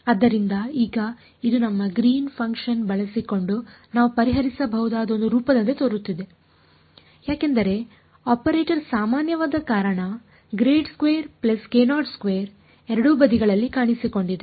ಆದ್ದರಿಂದ ಈಗ ಇದು ನಮ್ಮ ಗ್ರೀನ್ ಫನ್ ಕ್ಷನ್ ಬಳಸಿಕೊಂಡು ನಾವು ಪರಿಹರಿಸಬಹುದಾದ ಒಂದು ರೂಪದಂತೆ ತೋರುತ್ತಿದೆ ಯಾಕೆಂದರೆ ಆಪರೇಟರ್ ಸಾಮಾನ್ಯವಾದ ಕಾರಣ ಎರಡೂ ಬದಿಗಳಲ್ಲಿ ಕಾಣಿಸಿಕೊಂಡಿದೆ